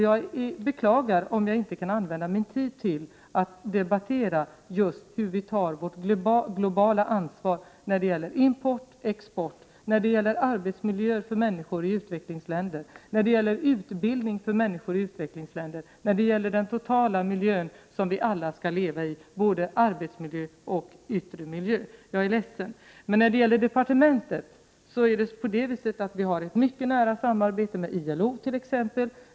Jag beklagar om jag inte kan använda min tid till att debattera just hur vi tar vårt globala ansvar när det gäller import och export, arbetsmiljöer för människor i utvecklingsländer, utbildning för människor i utvecklingsländer och när det gäller den totala miljön, som vi alla skall leva i, både arbetsmiljö och yttre miljö. Departementet har ett mycket nära samarbete med t.ex. ILO.